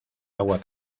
agua